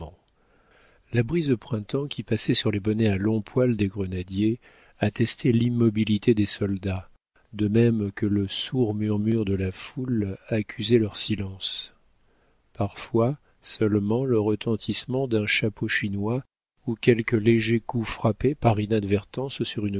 la brise du printemps qui passait sur les bonnets à longs poils des grenadiers attestait l'immobilité des soldats de même que le sourd murmure de la foule accusait leur silence parfois seulement le retentissement d'un chapeau chinois ou quelque léger coup frappé par inadvertance sur une